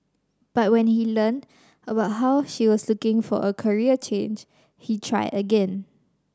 but when he learnt about how she was looking for a career change he tried again